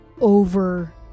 over